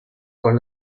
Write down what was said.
con